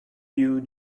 you